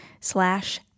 slash